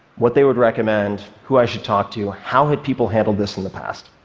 what they would recommend, who i should talk to, how had people handled this in the past.